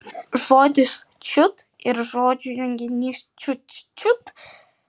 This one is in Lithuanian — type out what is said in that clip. žodis čiut ir žodžių junginys čiut čiut